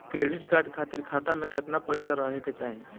Credit card खातिर खाता में केतना पइसा रहे के चाही?